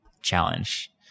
challenge